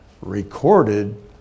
recorded